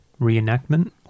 reenactment